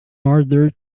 order